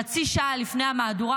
חצי שעה לפני המהדורה,